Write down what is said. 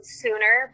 sooner